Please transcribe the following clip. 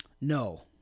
No